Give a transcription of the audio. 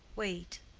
wait,